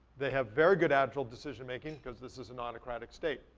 they have very good agile decision-making, cause this is an autocratic state,